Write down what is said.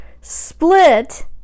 split